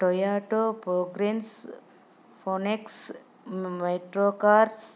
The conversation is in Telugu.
టయోట ప్రోగ్రీన్స్ ఫోనెక్స్ మైట్రో కార్